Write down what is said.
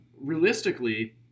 realistically